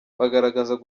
bagaragazaga